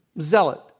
Zealot